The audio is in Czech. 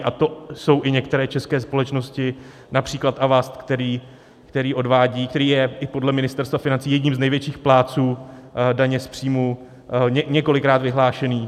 A to jsou i některé české společnosti, například Avast, který odvádí, který je i podle Ministerstva financí jedním z největších plátců daně z příjmu, několikrát vyhlášený.